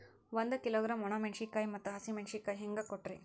ಒಂದ ಕಿಲೋಗ್ರಾಂ, ಒಣ ಮೇಣಶೀಕಾಯಿ ಮತ್ತ ಹಸಿ ಮೇಣಶೀಕಾಯಿ ಹೆಂಗ ಕೊಟ್ರಿ?